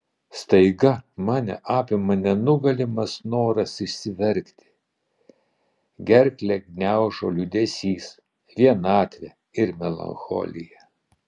staiga mane apima nenugalimas noras išsiverkti gerklę gniaužia liūdesys vienatvė ir melancholija